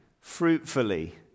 fruitfully